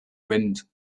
wind